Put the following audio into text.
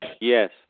Yes